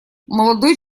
молодой